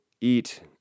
eat